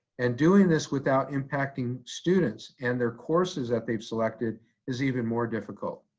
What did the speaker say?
and doing this without impacting students and their courses that they've selected is even more difficult.